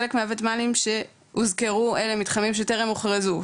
חלק מהוותמ"לים שהוזכרו אלה מתחמים שטרם הוכרזו,